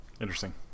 interesting